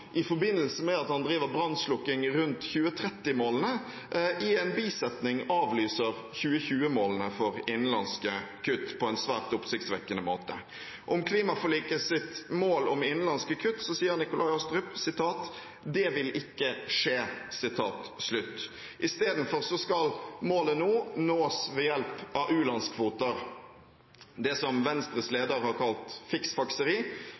i forbindelse med at han driver brannslokking rundt 2030-målene, i en bisetning avlyser 2020-målene for innenlandske kutt på en svært oppsiktsvekkende måte. Om klimaforlikets mål om innenlandske kutt sier Nikolai Astrup: «Det vil ikke skje.» Istedenfor skal målet nå nås ved hjelp av u-landskvoter, det som Venstres leder har kalt fiksfakseri,